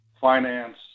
finance